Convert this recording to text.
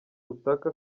utaka